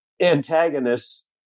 antagonists